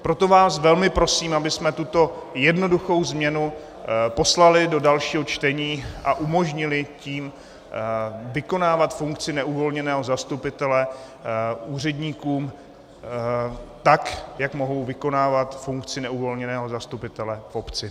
Proto vás velmi prosím, abychom tuto jednoduchou změnu poslali do dalšího čtení a umožnili tím vykonávat funkci neuvolněného zastupitele úředníkům tak, jak mohou vykonávat funkci neuvolněného zastupitele v obci.